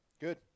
Good